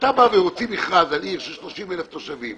כשאתה בא ומוציא מכרז על עיר של 30 אלף מונים,